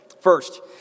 First